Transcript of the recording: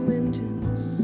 intense